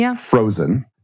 frozen